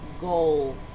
goal